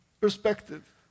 perspective